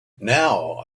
now